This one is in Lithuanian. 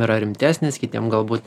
yra rimtesnės kitiem galbūt